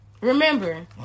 remember